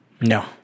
No